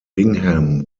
bingham